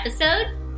episode